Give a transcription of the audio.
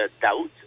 doubt